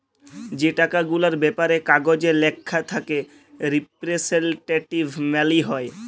যে টাকা গুলার ব্যাপারে কাগজে ল্যাখা থ্যাকে রিপ্রেসেলট্যাটিভ মালি হ্যয়